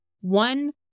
one